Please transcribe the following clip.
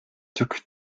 took